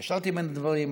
קשרתי בין הדברים.